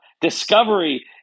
discovery